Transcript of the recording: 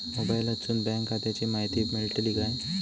मोबाईलातसून बँक खात्याची माहिती मेळतली काय?